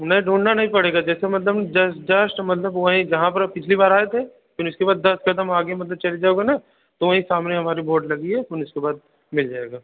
नहीं ढूँढना नहीं पड़ेगा जैसे मतलब जश्ट मतलब वहीं जहाँ पर आप पिछली बार आए थे फिर उसके बाद दस क़दम आगे मतलब चले जाओगे ना तो वहीं सामने हमारी बोर्ड लगी है फिर उसके बाद मिल जाएगा